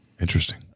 Interesting